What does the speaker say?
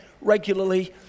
regularly